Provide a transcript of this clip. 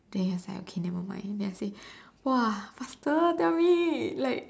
then he was like okay never mind then I say [wah] faster tell me like